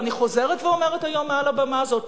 ואני חוזרת ואומרת היום מעל הבמה הזאת: